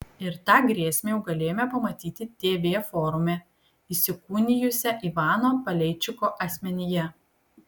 ir tą grėsmę jau galėjome pamatyti tv forume įsikūnijusią ivano paleičiko asmenyje